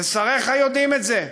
ושריך יודעים את זה,